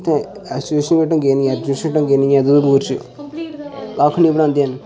इ'त्थें एसोसिएशन बी ढंगे निं ऐ एजुकेशन बी ढंगे दी निं ऐ कक्ख निं बनांदे हैन